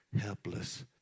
helpless